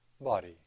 body